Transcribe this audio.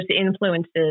influences